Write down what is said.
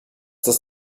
das